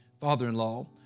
father-in-law